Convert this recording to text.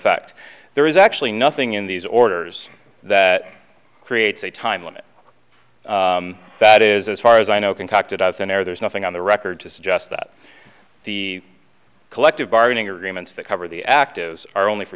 effect there is actually nothing in these orders that creates a time limit that is as far as i know concocted out of thin air there's nothing on the record to suggest that the collective bargaining agreements that cover the actives are only for